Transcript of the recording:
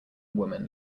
woman